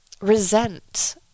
resent